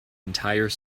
entire